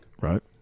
Right